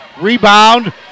Rebound